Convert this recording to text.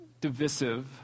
divisive